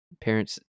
Parents